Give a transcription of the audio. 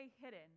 hidden